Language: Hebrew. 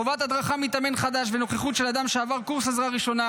חובת הדרכת מתאמן חדש ונוכחות של אדם שעבר קורס עזרה ראשונה,